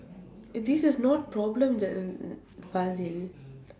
this is not problem